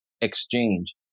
exchange